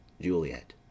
Juliet